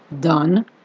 done